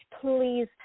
please